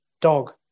dog